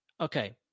Okay